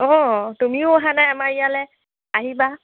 অঁ তুমিও অহা নাই আমাৰ ইয়ালৈ আহিবা